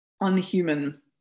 unhuman